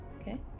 Okay